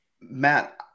matt